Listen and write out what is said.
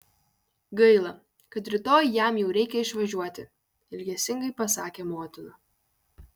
gaila kad rytoj jam jau reikia išvažiuoti ilgesingai pasakė motina